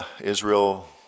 Israel